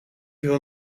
wil